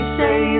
say